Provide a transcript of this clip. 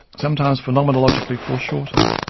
sometimes phenomenologically foreshortened,